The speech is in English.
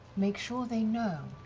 make sure they know.